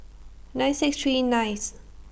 nine six three ninth